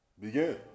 begin